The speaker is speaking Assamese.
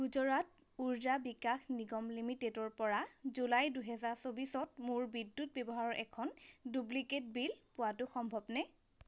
গুজৰাট উৰ্জা বিকাশ নিগম লিমিটেডৰপৰা জুলাই দুহেজাৰ চৌবিছত মোৰ বিদ্যুৎ ব্যৱহাৰৰ এখন ডুপ্লিকেট বিল পোৱাটো সম্ভৱনে